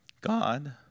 God